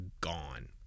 gone